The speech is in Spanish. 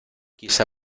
quizá